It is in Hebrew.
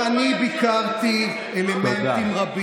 אמרת פשיסטי, זה הרבה יותר מבעייתי.